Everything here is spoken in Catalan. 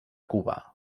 cuba